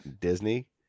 Disney